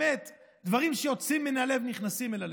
באמת דברים שיוצאים מן הלב נכנסים אל הלב.